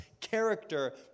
character